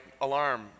alarm